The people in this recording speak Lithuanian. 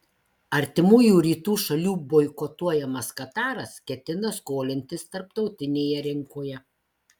artimųjų rytų šalių boikotuojamas kataras ketina skolintis tarptautinėje rinkoje